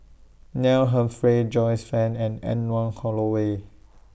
Neil Humphreys Joyce fan and Anne Wong Holloway